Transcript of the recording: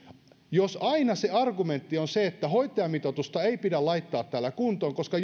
jos aina se argumentti on se että hoitajamitoitusta ei pidä laittaa täällä kuntoon koska